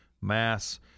mass